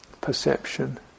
perception